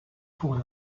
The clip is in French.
pour